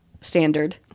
standard